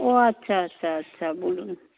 ও আচ্ছা আচ্ছা আচ্ছা বলুন